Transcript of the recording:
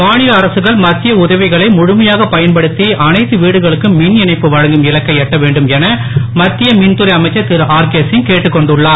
மாநில அரசுகள் மத்திய உதவிகளை முழுமையாகப் பயன்படுத்தி அனைத்து வீடுகளுக்கும் மின் இணைப்பு வழங்கும் இலக்கை எட்ட வேண்டும் என மத்திய மின்துறை அமைச்சர் திரு ஆர் கே சிங் கேட்டுக் கொண்டுள்ளார்